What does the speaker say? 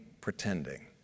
pretending